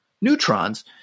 neutrons